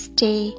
Stay